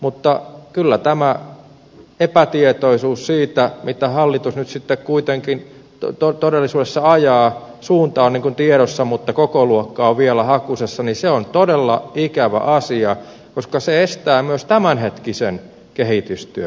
mutta kyllä tämä epätietoisuus siitä mitä hallitus nyt sitten kuitenkin todellisuudessa ajaa suunta on niin kuin tiedossa mutta kokoluokka on vielä hakusessa on todella ikävä asia koska se estää myös tämänhetkisen kehitystyön